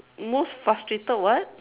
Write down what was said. most frustrated what